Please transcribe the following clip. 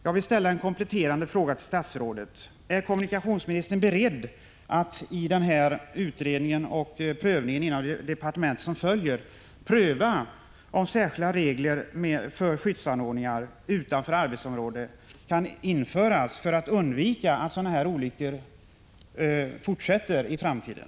Jag vill ställa en kompletterande fråga till statsrådet: Är kommunikationsministern beredd att i samband med den kommande utredningen inom departementet pröva om särskilda regler för skyddsanordningar utanför arbetsområde kan införas för att undvika liknande olyckor i framtiden?